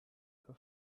her